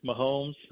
Mahomes